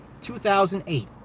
2008